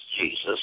Jesus